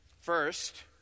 First